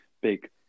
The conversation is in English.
big